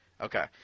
Okay